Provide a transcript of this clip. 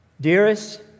Dearest